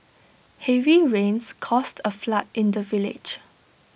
heavy rains caused A flood in the village